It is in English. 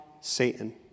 Satan